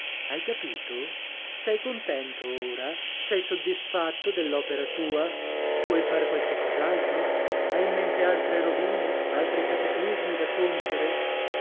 hai capito sei contento ora sei soddisfatto dell'opera tua vuoi far qualche cos'altro hai in mente altre rovine altri cataclismi da compiere